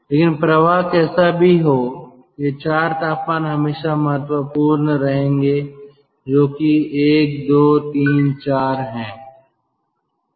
लेकिन प्रवाह कैसा भी हो यह चार तापमान हमेशा महत्वपूर्ण रहेंगे जो कि 1 2 3 4 है